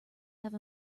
have